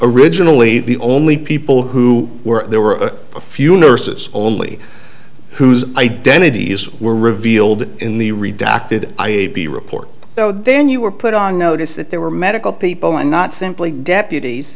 originally the only people who were there were a few nurses only whose identity is were revealed in the redacted i a b report so then you were put on notice that they were medical people and not simply deputies